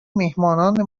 میهمانان